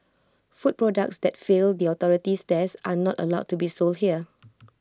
food products that fail the authority's tests are not allowed to be sold here